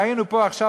ראינו פה עכשיו,